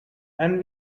and